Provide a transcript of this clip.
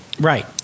Right